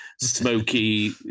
smoky